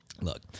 look